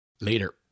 Later